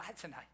tonight